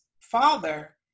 father